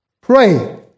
pray